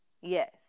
Yes